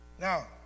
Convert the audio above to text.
Now